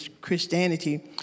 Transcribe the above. Christianity